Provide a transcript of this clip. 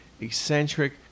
eccentric